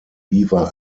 beaver